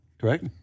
Correct